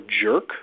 jerk